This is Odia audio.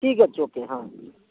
ଠିକ୍ଅଛି ଓକେ ହଁ